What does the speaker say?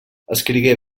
escrigué